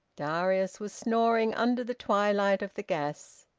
darius was snoring under the twilight of the gas.